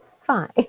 fine